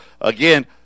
Again